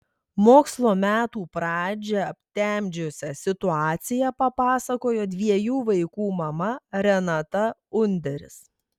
mokslo metų pradžią aptemdžiusią situaciją papasakojo dviejų vaikų mama renata underis